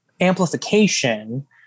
amplification